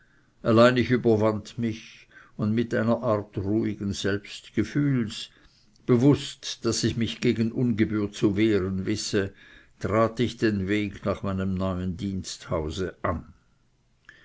allein ich überwand mich und mit verbissenem trotz bewußt daß ich mich gegen ungebühr zu wehren wisse trat ich den weg nach meinem neuen diensthause an